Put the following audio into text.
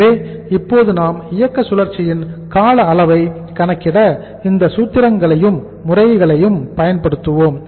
எனவே இப்போது நாம் இயக்க சுழற்சியின் கால அளவை கணக்கிட இந்த சூத்திரங்களையும் முறைகளையும் பயன்படுத்துவோம்